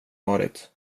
varit